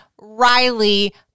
Riley